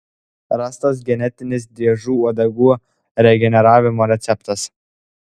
rastas genetinis driežų uodegų regeneravimo receptas